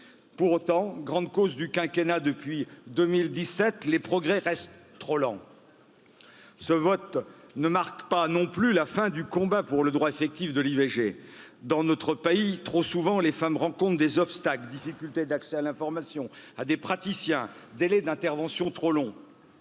pour autant grande cause du quinquennat depuis deux mille dix sept les progrès restent trop lents ce vote nee marque pas non plus la fin du combat pour le droit effectif de l'ivg dans notre pays trop souvent les femmes rencontrent des obstacles difficultés d'accès à l'information à des praticiens, délais d'intervention trop long.